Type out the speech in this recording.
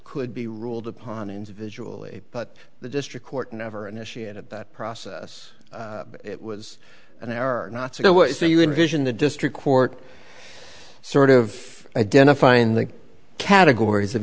could be ruled upon individual a but the district court never initiated that process it was an error not so what do you envision the district court sort of identifying the categories of